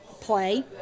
play